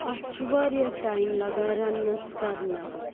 اَتھ چھُ واریاہ ٹایم لَگان رَنٛنَس کَرنَس